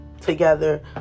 together